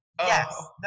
Yes